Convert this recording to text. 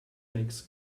makes